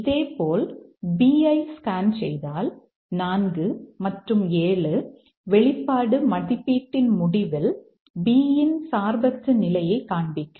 இதேபோல் B ஐ scan செய்தால் 4 மற்றும் 7 வெளிப்பாடு மதிப்பீட்டின் முடிவில் B இன் சார்பற்ற நிலையை காண்பிக்கும்